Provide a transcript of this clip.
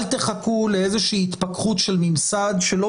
אל תחכו לאיזושהי התפכחות של ממסד שלא